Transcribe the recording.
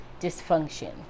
dysfunction